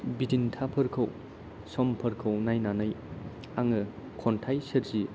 बिदिन्थाफोरखौ समफोरखौ नायनानै आङो खन्थाइ सोरजियो